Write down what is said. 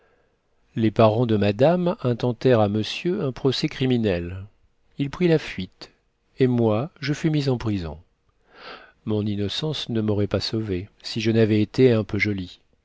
les parents de madame intentèrent à monsieur un procès criminel il prit la fuite et moi je fus mise en prison mon innocence ne m'aurait pas sauvée si je n'avais été un peu jolie